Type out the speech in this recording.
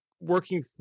working